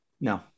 No